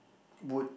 would